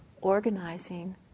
organizing